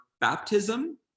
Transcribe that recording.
baptism